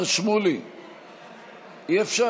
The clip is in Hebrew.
השר שמולי, אי-אפשר.